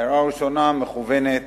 הערה ראשונה מכוונת